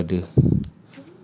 join his brother